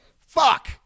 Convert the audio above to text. Fuck